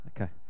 Okay